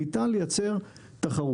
ניתן יהיה לייצר תחרות.